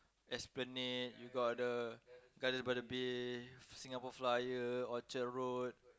Esplanade you got the Gardens-By-The-Bay Singapore-Flyer Orchard-Road